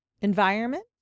environment